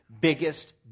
Biggest